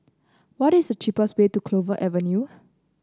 what is cheapest way to Clover Avenue